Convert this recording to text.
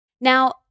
Now